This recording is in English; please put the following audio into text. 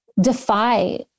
defy